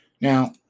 Now